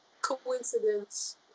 coincidence